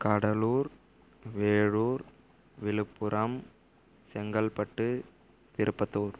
Cuddalore Vellore Villupuram Chengalpattu Tirupattur